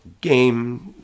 game